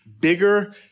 bigger